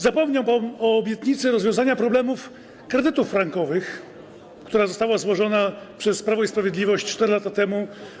Zapomniał pan o obietnicy rozwiązania problemów dotyczących kredytów frankowych, która została złożona przez Prawo i Sprawiedliwość 4 lata temu.